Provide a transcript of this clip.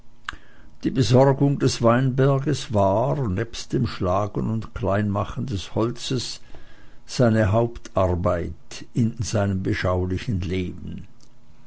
die besorgung des weinberges war nebst dem schlagen und kleinmachen des holzes seine hauptarbeit in seinem beschaulichen leben